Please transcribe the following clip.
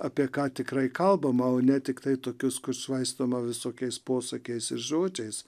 apie ką tikrai kalbama o ne tiktai tokius kur švaistoma visokiais posakiais ir žodžiais